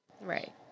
Right